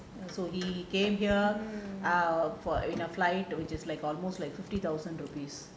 so he came here err for in a flight which is like almost fifty thousand rupees